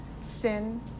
sin